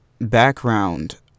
background